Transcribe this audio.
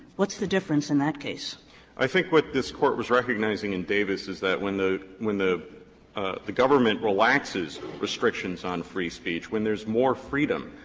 what's the difference in that case? maurer i think what this court was recognizing in davis is that when the when the the government relaxes restrictions on free speech, when there's more freedom,